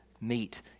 meet